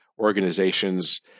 organizations